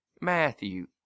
Matthew